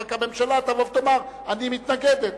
רק שהממשלה תבוא ותאמר: אני מתנגדת,